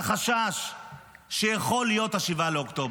ויהיה לו חשש שיכול להיות 7 באוקטובר.